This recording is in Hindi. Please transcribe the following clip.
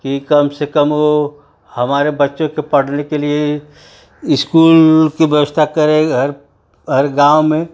कि कम से कम वो हमारे बच्चों के पढ़ने के लिए इस्कूल कि व्यवस्था करे हर हर गाँव में